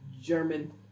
German